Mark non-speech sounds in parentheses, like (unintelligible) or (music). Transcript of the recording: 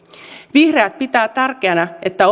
vihreät pitää tärkeänä että (unintelligible)